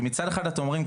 כי מצד אחד אתם אומרים,